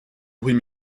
bruit